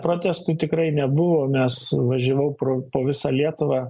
protestų tikrai nebuvo mes važiavau pro po visą lietuvą